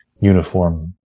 uniform